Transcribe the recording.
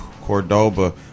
Cordoba